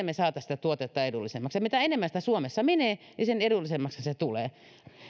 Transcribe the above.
me saisimme sitä tuotetta edullisemmaksi ja mitä enemmän sitä suomessa menee niin sen edullisemmaksihan se tulee